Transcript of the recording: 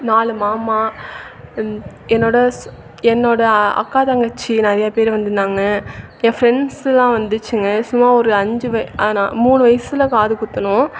நாலு மாமா என்னோடய ஸ் என்னோடய அக்கா தங்கச்சி நிறைய பேர் வந்துருந்தாங்க என் ஃப்ரெண்ட்ஸுலாம் வந்துச்சுங்க சும்மா ஒரு ஐஞ்சி பே நான் மூணு வயிசில் காது குத்தினோம்